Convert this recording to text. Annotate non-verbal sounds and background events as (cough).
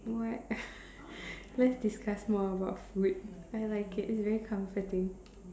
what (laughs) let's discuss more about food I like it it is very comforting